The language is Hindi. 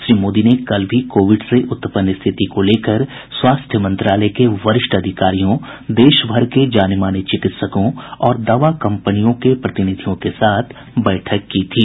श्री मोदी ने कल भी कोविड से उत्पन्न स्थिति को लेकर स्वास्थ्य मंत्रालय के वरिष्ठ अधिकारियों देशभर के जानेमाने चिकित्सकों और दवा कंपनियों के प्रतिनिधियों के साथ बैठक की थी